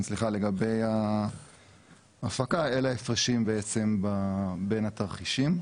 לגבי ההפקה אלה בעצם ההפרשים בין התרחישים.